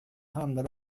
handlar